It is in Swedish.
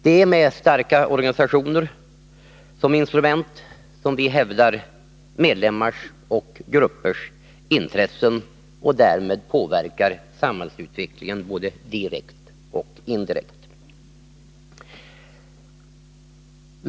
Det är med starka organisationer som instrument som vi hävdar medlemmars och gruppers intressen och därmed påverkar samhällsutvecklingen, både direkt och indirekt.